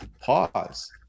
pause